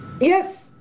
Yes